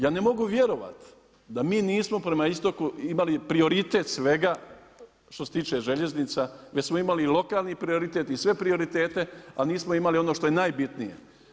Ja ne mogu vjerovati da mi nismo prema istoku imali prioritet svega što se tiče željeznica, već smo imali i lokalni prioritet i sve prioritete ali nismo imali ono što je najbitnije.